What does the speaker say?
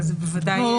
אבל זה בוודאי --- לא,